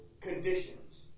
conditions